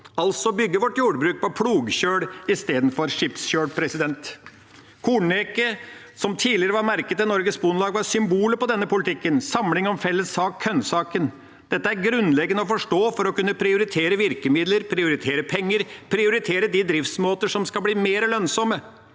altså bygge vårt jordbruk på plogkjøl istedenfor skipskjøl? Kornneket, som tidligere var merket til Norges Bondelag, var symbolet på denne politikken og samling om felles sak – kornsaken. Dette er grunnleggende å forstå for å kunne prioritere virkemidler, prioritere penger og prioritere de driftsmåter som skal bli mer lønnsomme.